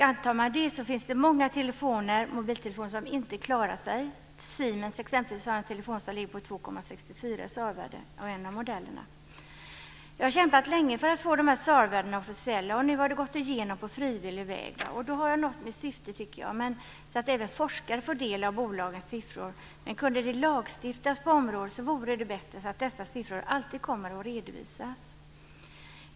Antar man det gränsvärdet finns det många telefoner som inte klarar sig, exempelvis har Siemens en modell som ligger på 2,64 Jag har kämpat länge för att få de här SAR värdena officiella, och nu har det gått igenom på frivillig väg. Då har jag nått mitt syfte, tycker jag. Även forskare får ta del av bolagens siffror. Men kunde det lagstiftas på området vore det bättre, så att dessa siffror alltid kommer att redovisas.